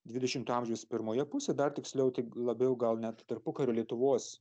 dvidešimto amžiaus pirmoje pusė dar tiksliau tik labiau gal net tarpukario lietuvos